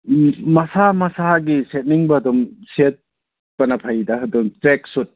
ꯃꯁꯥ ꯃꯁꯥꯒꯤ ꯁꯦꯠꯅꯤꯡꯕ ꯑꯗꯨꯝ ꯁꯦꯠꯄꯅ ꯐꯩꯗ ꯑꯗꯨꯝ ꯇ꯭ꯔꯦꯛ ꯁꯨꯠ